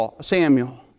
Samuel